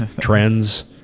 Trends